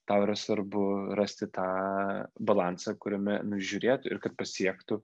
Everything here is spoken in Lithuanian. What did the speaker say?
tau yra svarbu rasti tą balansą kuriame nu žiūrėtų ir kad pasiektų